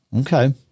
Okay